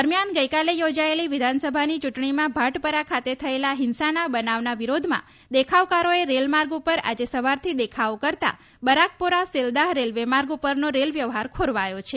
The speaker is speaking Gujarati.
દરમિયાન ગઈકાલે યોજાયેલી વિધાનસભાની ચૂંટણીમાં ભાટપરા ખાતે થયેલા હિંસાના બનાવના વિરોધમાં દેખાવકારોએ રેલ માર્ગ ઉપર આજે સવારથી દેખાવો કરતાં બરાકપોરા સેલ્દાહ રેલવે માર્ગ ઉપરનો રેલ વ્યવહાર ખોરવાયો છે